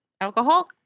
alcohol